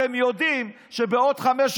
אתם יודעים שבעוד חמש,